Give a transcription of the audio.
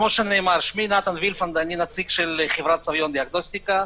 כמו שנאמר, אני נציג של חברת "סביון" דיאגנוסטיקה.